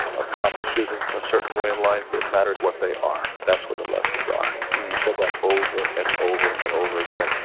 accomplices in a certain way of life, it matters what they are, that's what the lessons are. he said that over and over and over again.